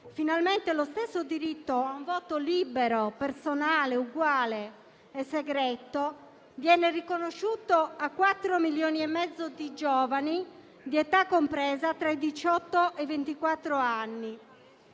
finalmente lo stesso diritto ad un voto libero, personale, uguale e segreto, viene riconosciuto a 4,5 milioni di giovani di età compresa tra i diciotto e i